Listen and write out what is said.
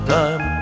time